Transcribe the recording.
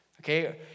Okay